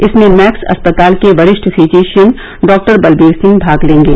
इसमें मैक्स अस्पताल के वरिष्ठ फिजिशियन डॉक्टर बलवीर सिंह भाग लेंगे